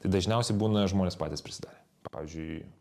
tai dažniausiai būna žmonės patys prisidarę pavyzdžiui